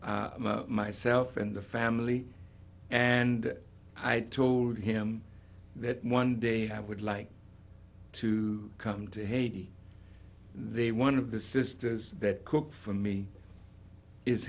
of myself and the family and i told him that one day i would like to come to haiti they one of the sisters that cook for me is